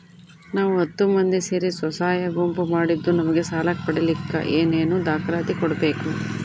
ನಾವು ಹತ್ತು ಮಂದಿ ಸೇರಿ ಸ್ವಸಹಾಯ ಗುಂಪು ಮಾಡಿದ್ದೂ ನಮಗೆ ಸಾಲ ಪಡೇಲಿಕ್ಕ ಏನೇನು ದಾಖಲಾತಿ ಕೊಡ್ಬೇಕು?